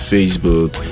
Facebook